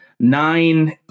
Nine